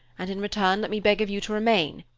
and in return let me beg of you to remain,